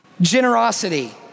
generosity